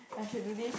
I should do this